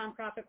nonprofit